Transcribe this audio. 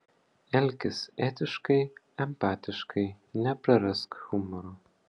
elkis etiškai empatiškai neprarask humoro